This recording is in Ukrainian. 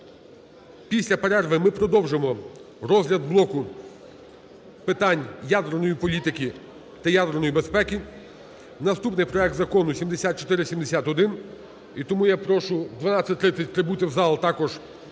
Після перерви ми продовжимо розгляд блоку питань ядерної політики та ядерної безпеки. Наступний - проект Закону 7471. І тому я прошу в 12:30 прибути в зал, і також